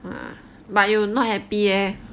!wah! but you're not happy leh